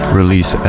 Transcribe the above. release